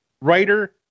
writer